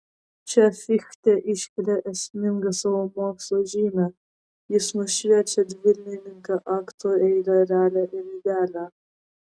čia fichte iškelia esmingą savo mokslo žymę jis nušviečia dvilinką aktų eilę realią ir idealią